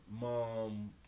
mom